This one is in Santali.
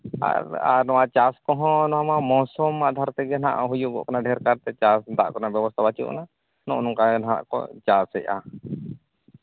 ᱟᱨ ᱟᱨ ᱱᱚᱣᱟ ᱪᱟᱥ ᱠᱚᱦᱚᱸ ᱱᱚᱣᱟ ᱢᱟ ᱢᱚᱲᱥᱩᱢ ᱟᱫᱷᱟᱨ ᱛᱮᱜᱮ ᱱᱟᱦᱟᱸᱜ ᱦᱩᱭᱩᱜᱚᱜ ᱠᱟᱱᱟ ᱰᱷᱮᱨ ᱠᱟᱨᱛᱮ ᱪᱟᱥ ᱫᱟᱜ ᱠᱚᱨᱮᱱᱟᱜ ᱵᱮᱵᱚᱥᱛᱷᱟ ᱵᱟᱹᱪᱩᱜ ᱟᱱᱟ ᱱᱚᱜᱼᱚ ᱱᱚᱝᱠᱟ ᱜᱮᱦᱟᱸᱜ ᱠᱚ ᱪᱟᱥ ᱮᱫᱼᱟ